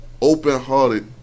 open-hearted